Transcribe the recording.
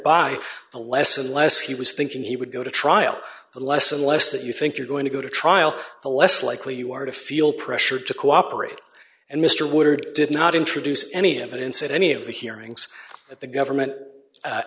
the less and less he was thinking he would go to trial less and less that you think you're going to go to trial the less likely you are to feel pressured to cooperate and mr woodard did not introduce any evidence at any of the hearings that the government